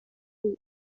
sur